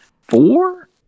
four